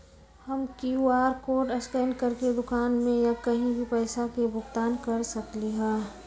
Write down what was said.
हम QR code scan करके दुकान में या कहीं भी पैसा के भुगतान कर सकली ह?